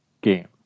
game